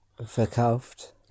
Verkauft